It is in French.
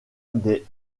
des